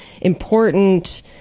important